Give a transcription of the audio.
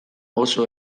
oso